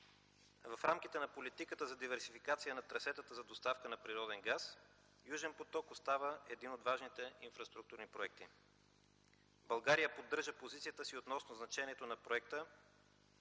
В рамките на политиката за диверсификация на трасетата за доставка на природен газ „Южен поток” остава един от важните инфраструктурни проекти. България поддържа позицията си относно значението на проекта